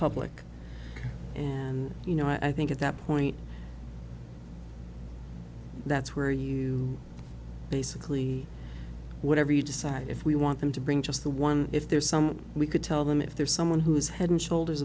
public and you know i think at that point that's where you basically whatever you decide if we want them to bring just the one if there's some we could tell them if there's someone who is head and shoulders